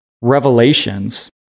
revelations